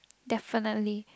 definitely